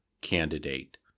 candidate